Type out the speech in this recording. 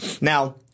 now